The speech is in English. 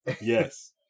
Yes